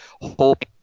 hope